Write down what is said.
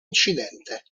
incidente